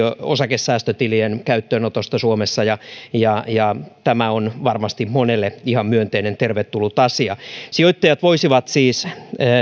osakesäästötilien käyttöönotosta suomessa tämä on varmasti monelle ihan myönteinen tervetullut asia sijoittajat voisivat siis